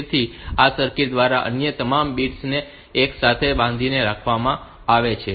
તેથી તે આ સર્કિટ દ્વારા અન્ય તમામ બિટ્સ ને 1 સાથે બાંધીને કરવામાં આવે છે